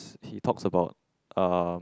he talks about uh